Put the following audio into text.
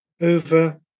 over